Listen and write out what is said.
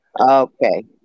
Okay